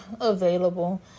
available